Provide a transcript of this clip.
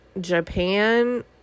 Japan